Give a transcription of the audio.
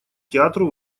театру